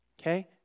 Okay